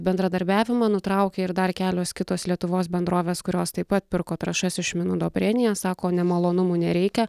bendradarbiavimą nutraukė ir dar kelios kitos lietuvos bendrovės kurios taip pat pirko trąšas iš minudobrėnija sako nemalonumų nereikia